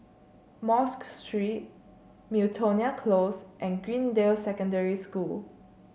Mosque Street Miltonia Close and Greendale Secondary School